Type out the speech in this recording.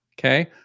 okay